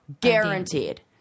Guaranteed